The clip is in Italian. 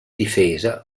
difesa